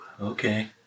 okay